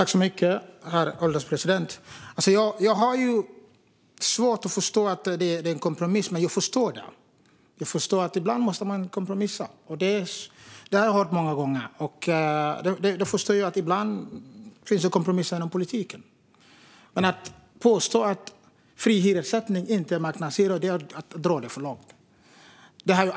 Herr ålderspresident! Jag har svårt att förstå att det är en kompromiss. Jag förstår att man ibland måste kompromissa. Det har jag hört många gånger. Jag förstår att det ibland finns kompromisser i politiken. Men att påstå att fri hyressättning inte är marknadshyror är att dra det för långt.